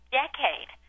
decade